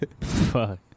Fuck